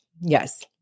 Yes